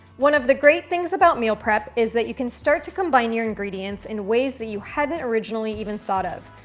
one of the great things about meal prep is that you can start to combine your ingredients in ways that you hadn't originally even thought of.